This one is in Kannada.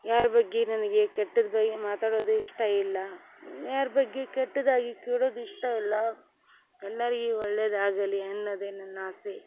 ಯಾರ ಬಗ್ಗೆ ನನಗೆ ಕೆಟ್ಟದು ಬಯ್ ಮಾತಾಡೋದು ಇಷ್ಟ ಇಲ್ಲ ಯಾರ ಬಗ್ಗೆ ಕೆಟ್ಟದಾಗಿ ಕೇಳೋದು ಇಷ್ಟ ಇಲ್ಲ ಎಲ್ಲರಿಗೆ ಒಳ್ಳೆಯದಾಗಲಿ ಅನ್ನೋದೇ ನನ್ನ ಆಸೆ